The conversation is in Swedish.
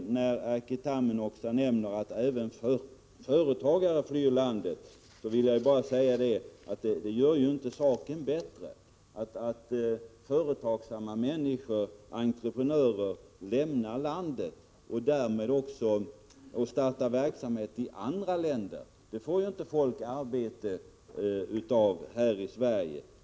När Erkki Tammenoksa nämner att även företagare flyr landet, vill jag bara säga att det inte gör saken bättre att företagsamma människor — entreprenörer — lämnar landet och startar verksamhet i andra länder. Det får inte folk arbete av här i Sverige.